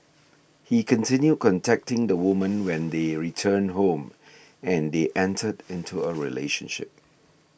he continued contacting the woman when they returned home and they entered into a relationship